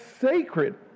sacred